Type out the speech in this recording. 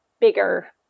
bigger